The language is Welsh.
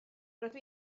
rydw